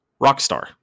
Rockstar